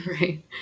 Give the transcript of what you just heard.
Right